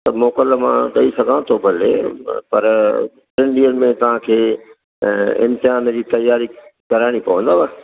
त मोकल मां ॾेई सघां थो भले पर टिनि ॾींहंनि में तव्हां खे इम्तिहान जी तयारी कराइणी पवंदव